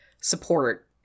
support